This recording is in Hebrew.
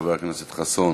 חבר הכנסת חסון,